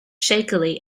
shakily